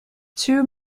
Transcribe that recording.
two